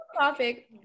topic